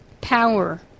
power